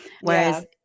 Whereas